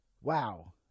Wow